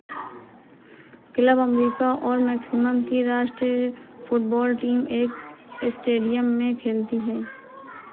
club America और maximum की राष्ट्र फुटबोल टीम एक स्टेडियम में खेलती है